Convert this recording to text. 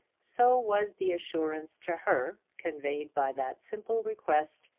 so was the assurance to her, conveyed by that simple request,